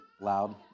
loud